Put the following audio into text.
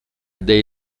dei